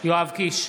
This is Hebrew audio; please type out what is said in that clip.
יואב קיש,